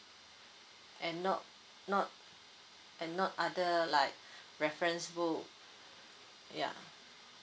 and not not and not other like reference book ya